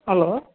hello